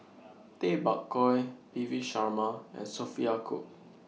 Tay Bak Koi P V Sharma and Sophia Cooke